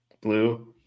Blue